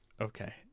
Okay